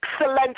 excellent